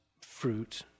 fruit